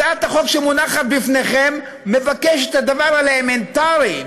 הצעת החוק שמונחת בפניכם מבקשת את הדבר האלמנטרי,